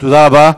תודה רבה.